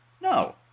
No